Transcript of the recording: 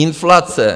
Inflace?